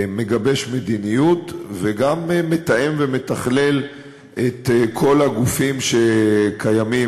שמגבש מדיניות וגם מתאם ומתכלל את כל הגופים שקיימים,